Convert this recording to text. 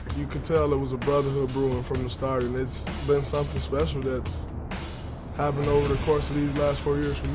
you could tell and was a brotherhood brewing from the start and it's been something special. that's happened over the course of these last four years